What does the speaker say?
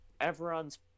everyone's